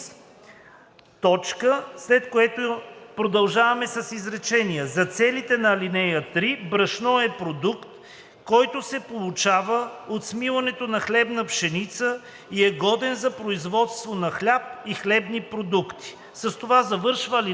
След което продължаваме с изречение: „За целите на ал. 3 брашно е продукт, който се получава от смилането на хлебна пшеница и е годен за производство на хляб и хлебни продукти.“ С това завършва ал. 5.